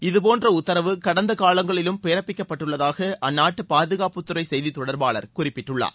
இதபோன்ற உத்தரவு கடந்த காலங்களிலும் பிறப்பிக்கப்பட்டுள்ளதாக அந்நாட்டு பாதுகாப்புத்துறை செய்தித் தொடர்பாளர் குறிப்பிட்டுள்ளார்